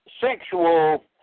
sexual